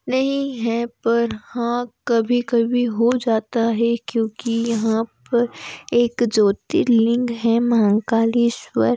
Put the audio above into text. नहीं है पर हाँ कभी कभी हो जाता है क्योंकि यहाँ पर एक ज्योतिर्लिंग हैं महाकालेश्वर